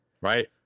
right